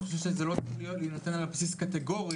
אני חושב שזה לא צריך להינתן על בסיס קטגורי,